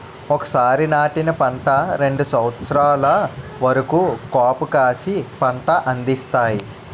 ఒకసారి నాటిన పంట రెండు సంవత్సరాల వరకు కాపుకాసి పంట అందిస్తాయి